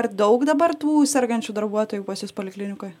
ar daug dabar tų sergančių darbuotojų pas jus poliklinikoj